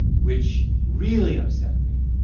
which really upset me,